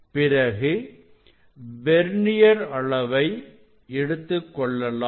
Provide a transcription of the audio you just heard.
பிறகு வெர்னியர் அளவை எடுத்துக் கொள்ளலாம்